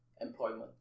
employment